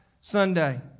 Sunday